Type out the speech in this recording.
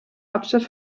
hauptstadt